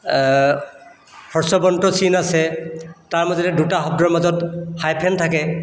হস্ৰৱন্ত চিন আছে তাৰ মাজতে দুটা শব্দৰ মাজত হাইফেন থাকে